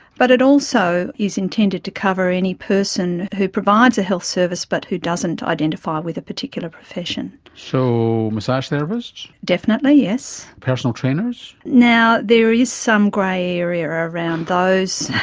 but it also is intended to cover any person who provides a health service but who doesn't identify with a particular profession. so, massage therapists? definitely, yes. personal trainers? now, there is some grey area around those,